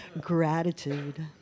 Gratitude